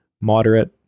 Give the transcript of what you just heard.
moderate